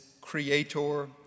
creator